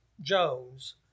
Jones